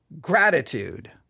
gratitude